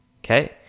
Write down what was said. Okay